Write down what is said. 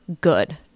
good